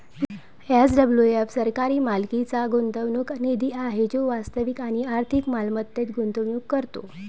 SWF सरकारी मालकीचा गुंतवणूक निधी आहे जो वास्तविक आणि आर्थिक मालमत्तेत गुंतवणूक करतो